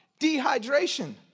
dehydration